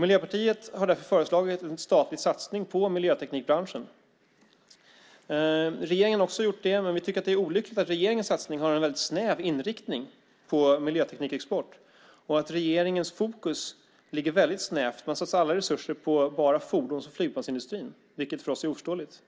Miljöpartiet har därför föreslagit en statlig satsning på miljöteknikbranschen. Regeringen har också gjort det, men vi tycker att det är olyckligt att regeringens satsning har en snäv inriktning på miljöteknikexport och att regeringens fokus ligger snävt. Man satsar alla resurser på fordons och flygplansindustrin, vilket för oss är oförståeligt